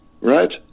right